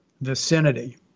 vicinity